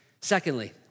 Secondly